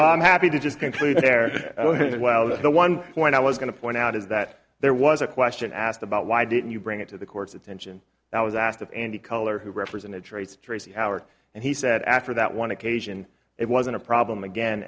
ahead i'm happy to just conclude there ok well no one point i was going to point out is that there was a question asked about why didn't you bring it to the court's attention that was asked of any color who represented traits tracy howard and he said after that one occasion it wasn't a problem again